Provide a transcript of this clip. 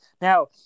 now